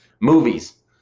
movies